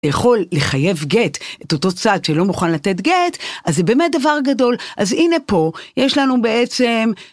יכול לחייב גט את אותו צד שלא מוכן לתת גט אז זה באמת דבר גדול אז הנה פה יש לנו בעצם...